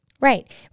Right